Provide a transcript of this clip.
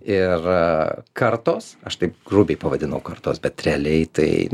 ir kartos aš taip grubiai pavadinau kartos bet realiai tai